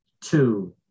two